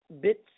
bits